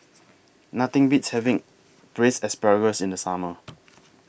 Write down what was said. Nothing Beats having Braised Asparagus in The Summer